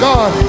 God